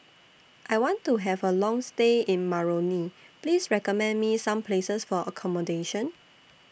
I want to Have A Long stay in Moroni Please recommend Me Some Places For accommodation